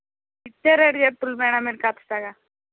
ఇచ్చే రేటు చెప్పుర్రి మేడమ్ మీరు ఖచ్చితంగా